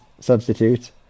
substitute